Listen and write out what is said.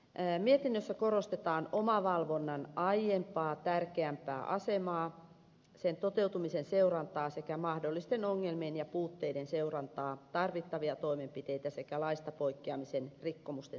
mietinnössä korostetaan omavalvonnan aiempaa tärkeämpää asemaa sen toteutumisen seurantaa sekä mahdollisten ongelmien ja puutteiden seurantaa tarvittavia toimenpiteitä sekä laista poikkeamisen rikkomusten seuraamusten käyttämistä